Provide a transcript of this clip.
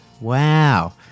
Wow